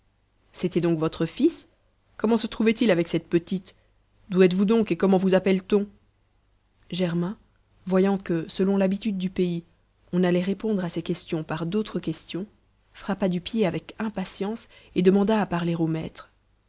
c'était donc votre fils comment se trouvait-il avec cette petite d'où êtes-vous donc et comment vous appelle-t-on germain voyant que selon l'habitude du pays on allait répondre à ses questions par d'autres questions frappa du pied avec impatience et demanda à parler au maître